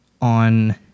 on